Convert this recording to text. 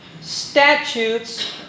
statutes